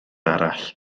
arall